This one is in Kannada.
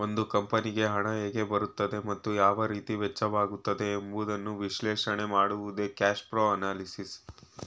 ಒಂದು ಕಂಪನಿಗೆ ಹಣ ಹೇಗೆ ಬರುತ್ತದೆ ಮತ್ತು ಯಾವ ರೀತಿ ವೆಚ್ಚವಾಗುತ್ತದೆ ಎಂಬುದನ್ನು ವಿಶ್ಲೇಷಣೆ ಮಾಡುವುದು ಕ್ಯಾಶ್ಪ್ರೋ ಅನಲಿಸಿಸ್